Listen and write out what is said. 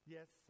Yes